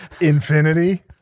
Infinity